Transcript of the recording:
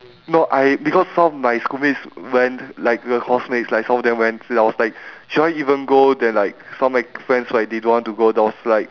no I because some of my school mates went like the course mates like some of them went so ya I was like should I even go then like some of my friends right they don't want to go then I was like